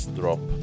drop